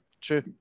true